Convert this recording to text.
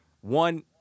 one –